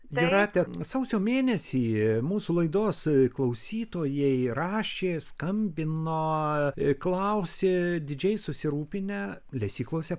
jūrate sausio mėnesį mūsų laidos klausytojai rašė skambino klausė didžiai susirūpinę lesyklose